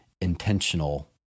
intentional